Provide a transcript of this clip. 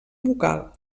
vocal